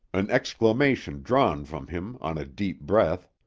an exclamation drawn from him on a deep breath,